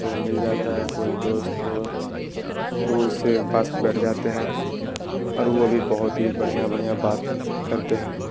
تو مل جاتا ہے کوئی دوست ہو تو اسی کے پاس بیٹھ جاتے ہیں اور وہ بھی بہت بڑھیا بڑھیا بات کرتے ہیں